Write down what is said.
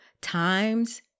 times